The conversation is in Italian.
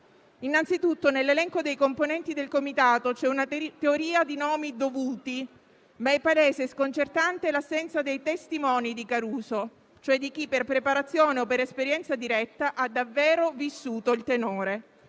Innanzitutto, nell'elenco dei componenti del comitato c'è una "teoria" di nomi dovuti, ma è palese e sconcertante l'assenza dei testimoni di Caruso, cioè di chi per preparazione o per esperienza diretta ha davvero vissuto il tenore.